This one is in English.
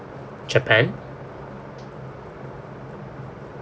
japan